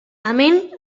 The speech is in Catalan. amén